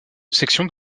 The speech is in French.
section